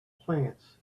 plants